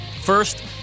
First